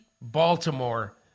Baltimore